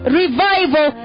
revival